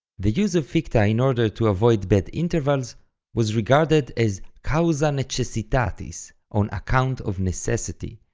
the use of ficta in order to avoid bad intervals was regarded as causa necessitatis, on account of necessity,